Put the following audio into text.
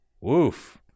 Woof